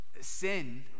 Sin